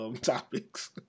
topics